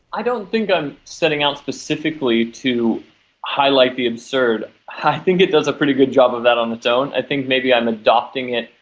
i don't think i'm setting out specifically to highlight the absurd, i think it does a pretty good job of that on its own. i think maybe i'm adopting it.